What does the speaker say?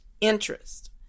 interest